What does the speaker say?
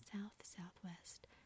south-southwest